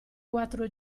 quattro